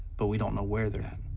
but we don't know where they're at,